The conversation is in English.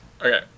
okay